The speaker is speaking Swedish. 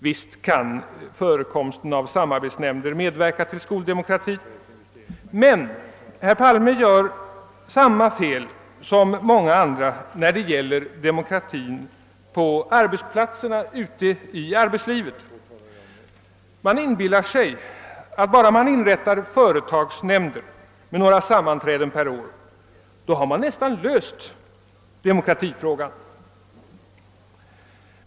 Visst kan förekomsten av samarbetsnämnder medverka till skoldemokratin, men herr Palme gör samma fel som många andra när det gäller demokratin på arbetsplatserna ute i arbetslivet. Man inbillar sig att om det bara inrättas företagsnämnder med några sammanträden per år har man nästan löst demokratifrågan.